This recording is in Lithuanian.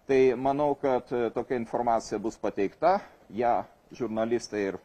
tai manau kad tokia informacija bus pateikta ją žurnalistai ir